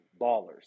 ballers